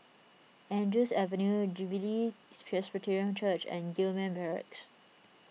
Andrews Avenue Jubilee Presbyterian Church and Gillman Barracks